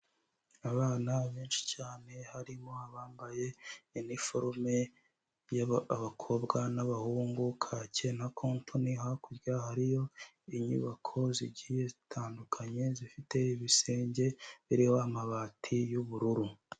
Abana benshi cyane harimo abambaye iniforume, abakobwa n'abahungu, kake na kotoni, hakurya hariyo inyubako zigiye zitandukanye, zifite ibisenge biriho amabati y'ubururu.